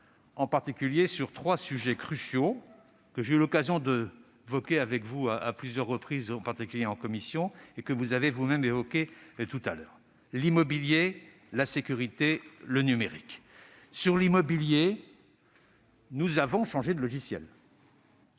en particulier sur trois sujets cruciaux, que j'ai eu l'occasion d'aborder avec vous à plusieurs reprises, notamment en commission, et que vous avez vous-mêmes évoqués tout à l'heure : l'immobilier, la sécurité et le numérique. Premièrement, nous avons changé de logiciel